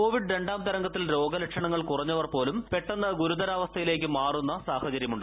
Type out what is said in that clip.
Covid രണ്ടാം തരംഗത്തിൽ രോഗലക്ഷണങ്ങൾ കുറഞ്ഞവർ പോലും പെട്ടെന്ന് ഗുരുതരാവസ്ഥയിലേക്ക് മാറുന്ന സാഹചര്യമുണ്ട്